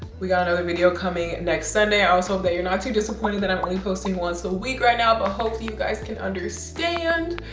we got another video coming next sunday. i also hope that you're not too disappointed that i'm posting once a week right now, but hopefully you guys can understand.